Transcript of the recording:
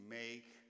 make